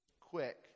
quick